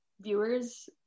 viewers